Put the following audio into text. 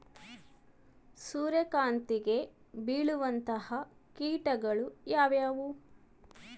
ಸೂರ್ಯಕಾಂತಿಗೆ ಬೇಳುವಂತಹ ಕೇಟಗಳು ಯಾವ್ಯಾವು?